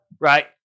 Right